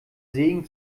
segen